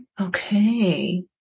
Okay